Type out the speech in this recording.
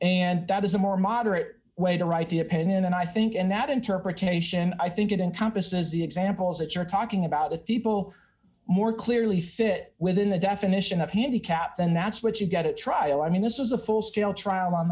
and that is a more moderate way to write the opinion and i think in that interpretation i think it encompasses the examples that you're talking about with people more clearly fit within the definition of handicapped and that's what you get at trial i mean this is a full scale trial on